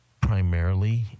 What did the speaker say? primarily